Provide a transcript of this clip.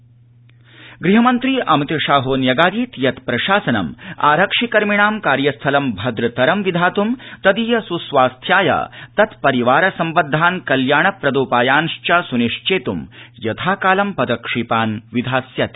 अमित शाहआरक्षिदिवस गहमन्त्री अमित शाहो न्यगादीत् यत् प्रशासनम् आरक्षि ध र्मिणां ार्यस्थलं भद्रतरं विधातं तदीय सुस्वास्थाय तत्परिवार संबद्धान् ल्याणप्रदोपायांश्च सुनिश्चेत् यथा ालं पदक्षेपान् विधास्यति